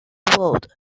vote